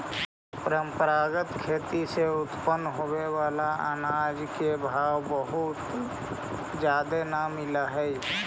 परंपरागत खेती से उत्पन्न होबे बला अनाज के भाव बहुत जादे न मिल हई